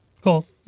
Cool